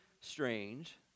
strange